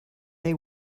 they